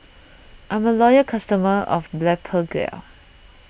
I'm a loyal customer of Blephagel